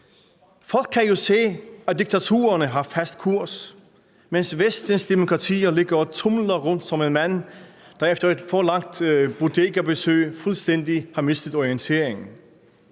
Folk kan jo se, at diktaturerne har fast kurs, mens Vestens demokratier ligger og tumler rundt som en mand, der efter et for langt bodegabesøg fuldstændig har mistet orienteringen.